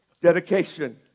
Dedication